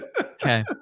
Okay